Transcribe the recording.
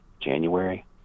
January